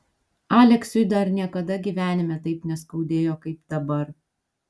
aleksiui dar niekada gyvenime taip neskaudėjo kaip dabar